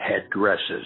headdresses